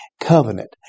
covenant